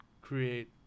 create